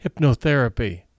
hypnotherapy